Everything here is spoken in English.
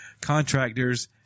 contractors